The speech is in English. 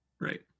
Right